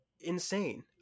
insane